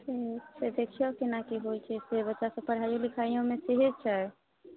से देखियौ केना की होइत छै बच्चा सब पढ़ाइयो लिखाइयोमे सेहे छै